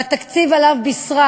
והתקציב שעליו בישרה